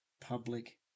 public